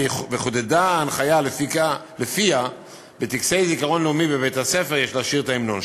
וחודדה ההנחיה שלפיה בטקסי זיכרון לאומי בבית-הספר יש לשיר את ההמנון.